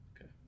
Okay